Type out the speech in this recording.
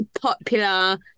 popular